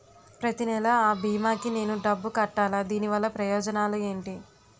ప్రతినెల అ భీమా కి నేను డబ్బు కట్టాలా? దీనివల్ల ప్రయోజనాలు ఎంటి?